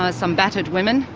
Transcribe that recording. ah some battered women,